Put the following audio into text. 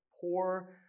poor